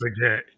forget